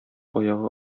аягы